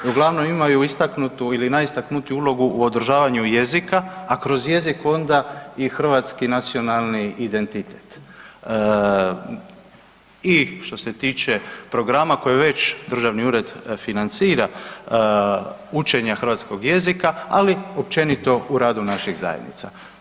Uglavnom imaju istaknutu ili najistaknutiju ulogu u održavanju jezika, a kroz jezik onda i hrvatski nacionalni identitet i što se tiče programa koje već državni ured financira učenja hrvatskog jezika, ali općenito u radu naših zajednica.